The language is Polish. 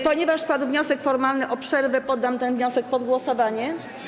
Ponieważ padł wniosek formalny o przerwę, poddam ten wniosek pod głosowanie.